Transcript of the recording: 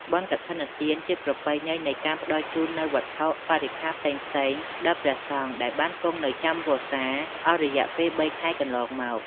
បុណ្យកឋិនទានជាប្រពៃណីនៃការផ្តល់ជូននូវវត្ថុបរិក្ចាផ្សេងៗដល់ព្រះសង្ឃដែលបានគង់នៅចាំវស្សាអស់រយៈពេលបីខែកន្លងមក។